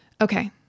okay